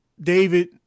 David